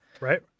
Right